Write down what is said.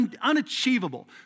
unachievable